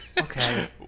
okay